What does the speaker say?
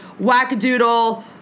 wackadoodle